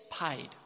paid